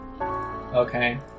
Okay